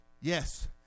Yes